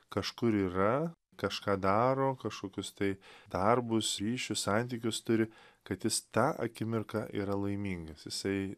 kažkur yra kažką daro kašokius tai darbus ryšius santykius turi kad jis tą akimirką yra laimingas jisai